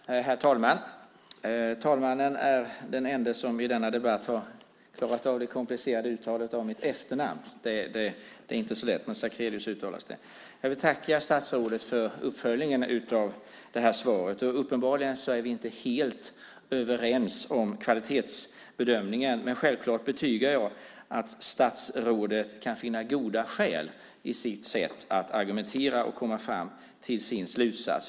Herr talman! Talmannen är den ende som i denna debatt har klarat av det komplicerade uttalet av mitt efternamn, det är inte så lätt. Jag vill tacka statsrådet för uppföljningen av svaret. Uppenbarligen är vi inte helt överens om kvalitetsbedömningen. Självklart betygar jag att statsrådet kan finna goda skäl i sitt sätt att argumentera och komma fram till sin slutsats.